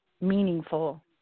meaningful